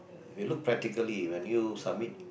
if you look practically when you submit